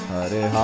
Hare